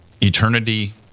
eternity